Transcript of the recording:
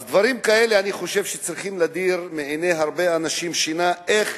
אז אני חושב שדברים כאלה צריכים להדיר מעיני הרבה אנשים שינה: איך